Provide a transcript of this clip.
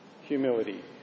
Humility